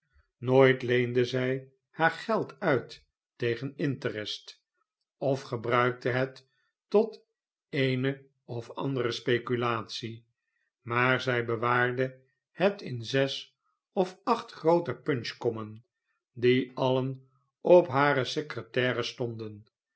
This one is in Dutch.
nooit leende zij haar geld uit tegen interest of gebruikte het tot eene of andere speculatie maar zij bewaarde het in zes of acht groote punchkommen die alien op hare secretaire stonden